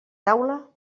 taula